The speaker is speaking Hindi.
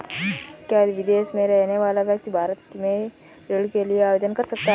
क्या विदेश में रहने वाला व्यक्ति भारत में ऋण के लिए आवेदन कर सकता है?